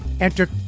Enter